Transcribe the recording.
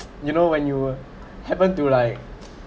you know when you were happened to like